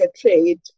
trade